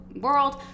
world